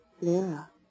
Lyra